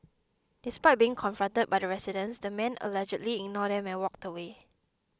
despite being confronted by the residents the man allegedly ignored them and walked away